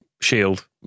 shield